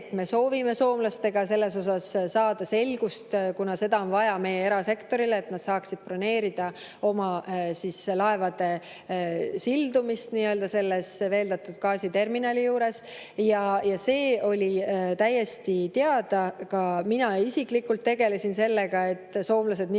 et me soovime soomlastega [läbi rääkides] saada selgust, mida on vaja meie erasektorile, et nad saaksid broneerida oma laevade sildumist veeldatud gaasiterminali juures. See oli täiesti teada, ka mina isiklikult tegelesin sellega, et soomlased